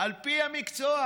על פי המקצוע,